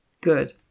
Good